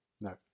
No